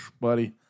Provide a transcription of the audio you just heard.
Buddy